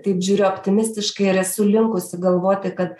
taip žiūriu optimistiškai ir esu linkusi galvoti kad